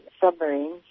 submarines